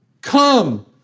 Come